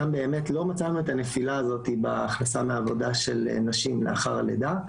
שם באמת לא מצאנו את הנפילה הזאת בחסם העבודה של נשים לאחר הלידה,